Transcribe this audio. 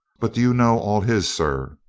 but do you know all his, sir?